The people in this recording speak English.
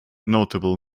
notable